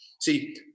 See